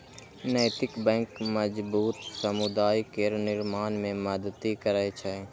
नैतिक बैंक मजबूत समुदाय केर निर्माण मे मदति करै छै